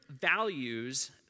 values